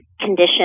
condition